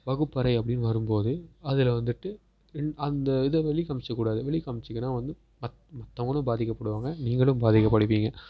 வகுப்பறை அப்படின்னு வரும்போது அதில் வந்துட்டு இந் அந்த இதை வெளி காமிச்சிக்க கூடாது வெளி காமிச்சிங்கன்னா வந்து மத் மற்றவங்களும் பாதிக்கப்படுவாங்க நீங்களும் பாதிக்கப்படுவீங்க